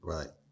Right